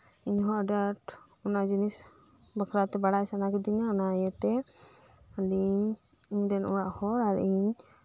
ᱤᱧᱦᱚ ᱟᱹᱰᱤᱟᱴ ᱚᱱᱟ ᱡᱤᱱᱤᱥ ᱵᱟᱠᱷᱨᱟᱛᱮ ᱵᱟᱲᱟᱭ ᱥᱟᱱᱟ ᱠᱤᱫᱤᱧᱟ ᱚᱱᱟ ᱤᱭᱟᱹᱛᱮ ᱟᱫᱚ ᱤᱧ ᱤᱧᱨᱮᱱ ᱚᱲᱟᱜ ᱦᱚᱲ ᱟᱨ ᱤᱧ